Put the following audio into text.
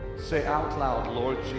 say out loud, lord jesus,